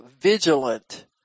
vigilant